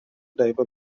diver